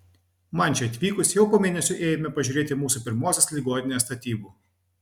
man čia atvykus jau po mėnesio ėjome pažiūrėti mūsų pirmosios ligoninės statybų